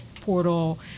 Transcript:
portal